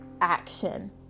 action